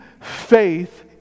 faith